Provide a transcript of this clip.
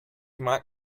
mag